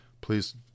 Please